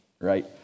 right